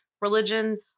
religion